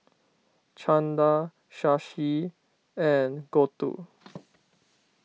Chanda Shashi and Gouthu